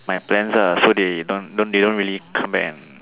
my plans lah so they don't don't they don't really come back and